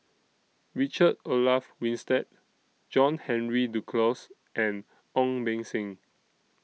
Richard Olaf Winstedt John Henry Duclos and Ong Beng Seng